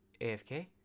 AFK